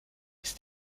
ist